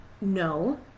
No